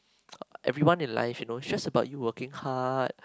everyone in life you know is just about you working hard